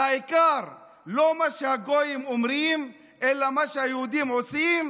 והעיקר לא מה שהגויים אומרים אלא מה שהיהודים עושים,